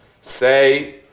say